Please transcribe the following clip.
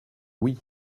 oui